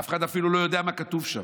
אף אחד אפילו לא יודע מה כתוב שם,